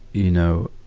you know,